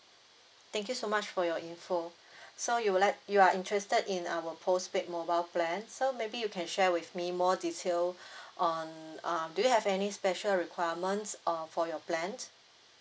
thank you so much for your info so you would like you are interested in our postpaid mobile plan so maybe you can share with me more detail on uh do you have any special requirements uh for your plan